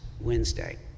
Wednesday